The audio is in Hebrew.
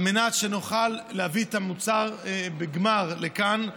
על מנת שנוכל להביא את המוצר מוגמר לכאן.